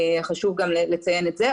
חשוב גם לציין את זה.